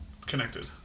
connected